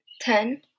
Ten